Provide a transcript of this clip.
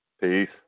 Peace